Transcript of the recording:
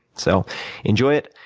so enjoy it.